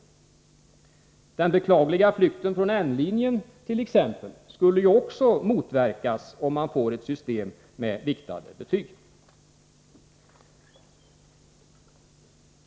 a. skulle den beklagliga flykten från N-linjen motverkas, om man får ett system med viktade betyg.